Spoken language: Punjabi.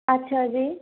ਅੱਛਾ ਜੀ